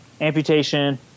amputation